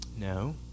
No